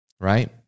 right